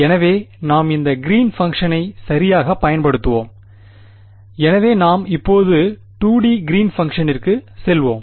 எனவே நாம் இந்த கிறீன் பங்க்ஷனை சரியாகப் பயன்படுத்துவோம் எனவே நாம் இப்போது 2 டி கிறீன் பங்க்ஷனிற்குச் செல்வோம்